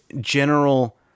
general